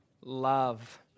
love